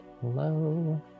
Hello